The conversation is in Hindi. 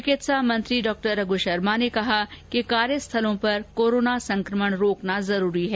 चिकित्सा मंत्री डॉ रघ् शर्मा ने कहा कि कार्यस्थलों पर कोरोना संक्रमण रोकना जरूरी है